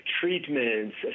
treatments